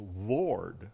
Lord